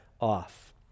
off